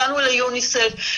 הגענו ליוניסף,